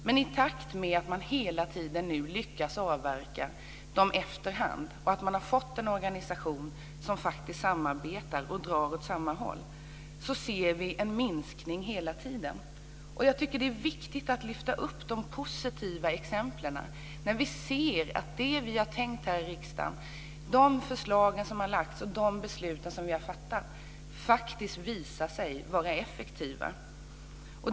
Men i takt med att man nu hela tiden lyckas avverka dem efter hand och att man har fått en organisation som samarbetar och drar åt samma håll så ser vi en minskning. Jag tycker att det är viktigt att lyfta upp de positiva exempel där vi ser att det som vi har tänkt här i riksdagen, de förslag som har lagts fram och de beslut som vi har fattat, faktiskt visar sig vara effektivt.